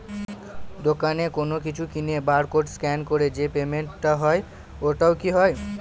দোকানে কোনো কিছু কিনে বার কোড স্ক্যান করে যে পেমেন্ট টা হয় ওইটাও কি হয়?